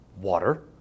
water